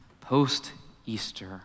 post-Easter